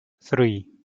three